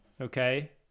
Okay